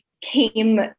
came